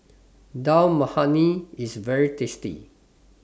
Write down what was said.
Dal Makhani IS very tasty